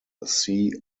see